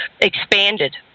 expanded